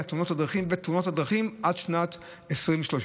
תאונות הדרכים ואת תאונות הדרכים עד שנת 2030,